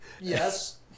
Yes